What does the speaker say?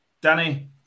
Danny